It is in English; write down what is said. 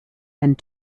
and